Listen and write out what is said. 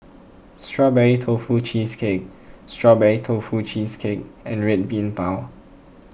Strawberry Tofu Cheesecake Strawberry Tofu Cheesecake and Red Bean Bao